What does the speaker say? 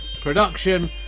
production